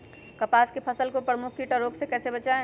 कपास की फसल को प्रमुख कीट और रोग से कैसे बचाएं?